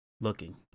Looking